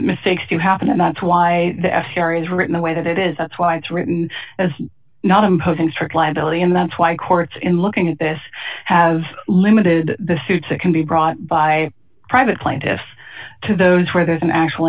mistakes to happen and that's why the f d r is written the way that it is that's why it's written as not imposing strict liability and that's why courts in looking at this have limited the suits that can be brought by private plaintiffs to those where there's an actual